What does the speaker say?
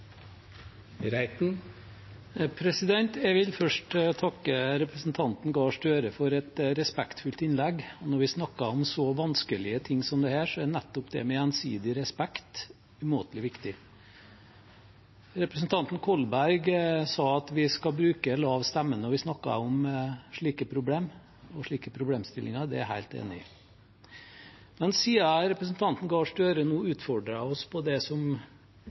Støre for et respektfullt innlegg. Når vi snakker om så vanskelige ting som dette, er nettopp det med gjensidig respekt umåtelig viktig. Representanten Kolberg sa at vi skal bruke lav stemme når vi snakker om slike problem og slike problemstillinger, og det er jeg helt enig i. Men siden representanten Gahr Støre utfordret oss på det som